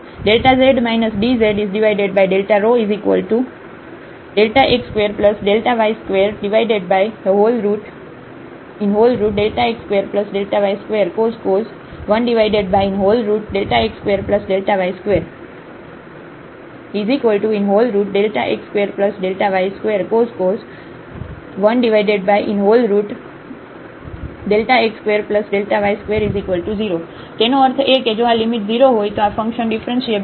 z dz Δx2Δy2x2Δy2cos 1x2Δy2 x2y2cos 1x2y2 0 તેનો અર્થ એ કે જો આ લિમિટ 0 હોય તો ફંકશન ડીફરન્શીએબલ છે